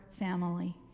family